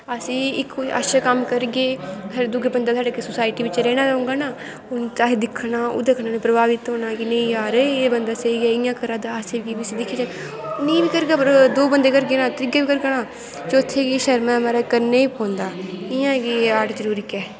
अस इक अच्चे कम्म करगे दुऐ बंदै साढ़ी सोसाईटी बिच्च रैह्ना होगा ना उनैं दिक्खना ओह्दै कन्नै प्रभावित होना कि नेंई जार एह् बंदे स्हेई करा दा असेंगी बी नेंई बी करगा दो बंदे करगे तां त्रीआ बी करगा ना चौत्थे गी शर्मैं दै मारे गी करनां गै पौंदा इयां गै आर्ट जरूरी ऐ